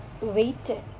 waited